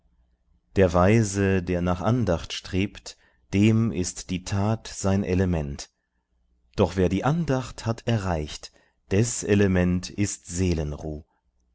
der weise der nach andacht strebt dem ist die tat sein element doch wer die andacht hat erreicht deß element ist seelenruh